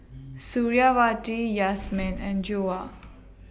Suriawati Yasmin and Joyah